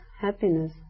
happiness